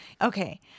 Okay